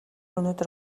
өнөөдөр